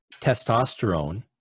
testosterone